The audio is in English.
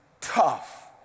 tough